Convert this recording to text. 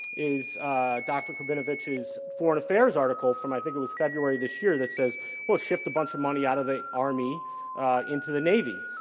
is dr. krepinevich's foreign affairs article from i think it was february this year that says we'll shift a bunch of money out of the army into the navy.